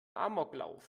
amoklauf